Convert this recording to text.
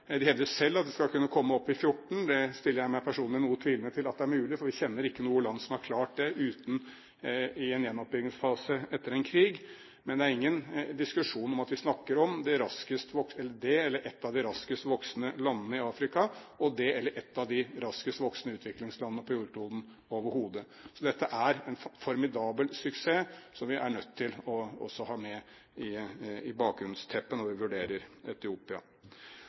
De hevder selv at de skal kunne komme opp i 14 pst. At det er mulig, stiller jeg meg personlig noe tvilende til, for vi kjenner ikke noe land som har klart det uten at det har vært i en gjenoppbyggingsfase etter en krig. Men det er ingen diskusjon om at vi snakker om dét eller ett av de raskest voksende landene i Afrika, og dét eller ett av de raskest voksende utviklingslandene på jordkloden overhodet. Så dette er en formidabel suksess som vi er nødt til også å ha med i bakgrunnsteppet når vi vurderer Etiopia.